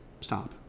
stop